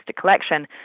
collection